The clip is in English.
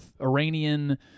Iranian